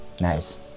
Nice